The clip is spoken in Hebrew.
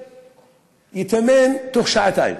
ייטמן תוך שעתיים.